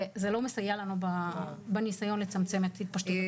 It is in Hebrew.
זה לא מסייע לנו בניסיון לצמצם את התפשטות התחלואה.